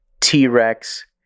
T-Rex